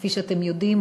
כפי שאתם יודעים,